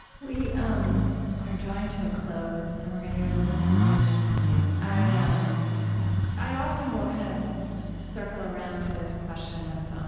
we um are drawing to a close, and we're going to hear a little bit more music from you. i ah um i often will kind of circle around to this question of